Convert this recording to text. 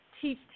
teach